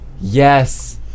Yes